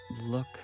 look